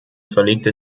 verlegte